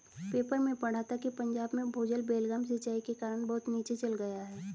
paper में पढ़ा था कि पंजाब में भूजल बेलगाम सिंचाई के कारण बहुत नीचे चल गया है